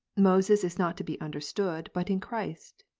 moses is not to be understood, but in christ,